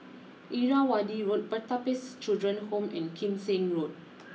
Irrawaddy Road Pertapis Children Home and Kim Seng Road